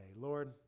Lord